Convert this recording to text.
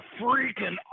freaking